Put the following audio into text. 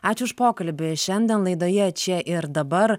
ačiū už pokalbį šiandien laidoje čia ir dabar